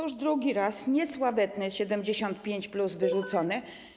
Już drugi raz niesławetne 75+ jest wyrzucone.